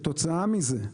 כתוצאה מזה,